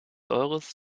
eures